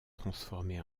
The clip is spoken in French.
transformé